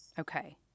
okay